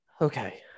Okay